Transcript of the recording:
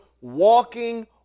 walking